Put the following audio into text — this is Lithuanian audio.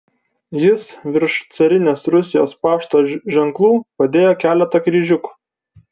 jis virš carinės rusijos pašto ženklų padėjo keletą kryžiukų